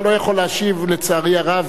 אתה לא יכול להשיב, לצערי הרב,